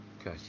Okay